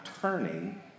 turning